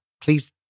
please